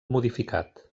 modificat